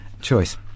choice